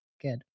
good